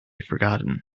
forgotten